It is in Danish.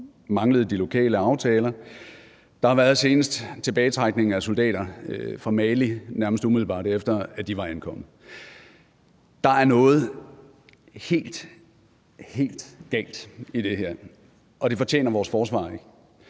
manglede de lokale aftaler; der har senest været tilbagetrækningen af soldater fra Mali, nærmest umiddelbart efter at de var ankommet. Der er noget helt, helt galt i det her, og det fortjener vores forsvar ikke.